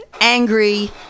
angry